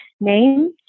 name